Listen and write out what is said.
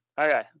Okay